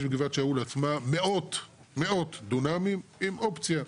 יש בגבעת שאול עצמה מאות דונמים עם אופציה,